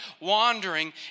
wandering